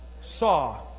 saw